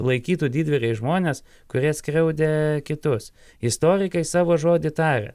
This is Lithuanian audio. laikytų didvyriais žmones kurie skriaudė kitus istorikai savo žodį taria